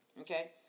Okay